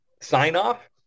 Sign-off